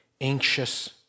anxious